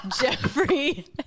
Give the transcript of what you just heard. Jeffrey